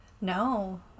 No